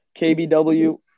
KBW